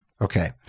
okay